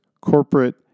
corporate